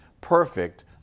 perfect